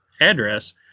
address